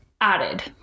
added